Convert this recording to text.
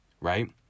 right